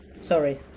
sorry